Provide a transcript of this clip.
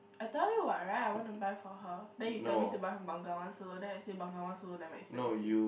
I tell you what right I want to buy for her then you tell me buy Bengawan-Solo then I say Bengawan-Solo damn expensive